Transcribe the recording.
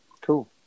cool